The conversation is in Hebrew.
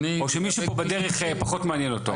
או שמישהו פה בדרך פחות מעניין אותו.